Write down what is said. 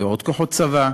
ועוד כוחות צבא,